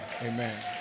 amen